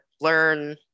learn